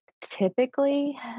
typically